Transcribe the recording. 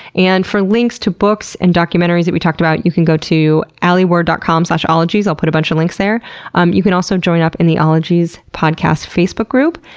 and for links to the books and documentaries we talked about, you can go to alieward dot com slash ologies, i'll put a bunch of links there um you can also join up in the ologies podcast facebook group,